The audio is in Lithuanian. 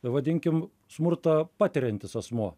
vadinkim smurtą patiriantis asmuo